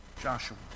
Joshua